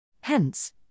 Hence